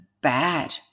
bad